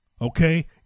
Okay